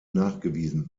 nachgewiesen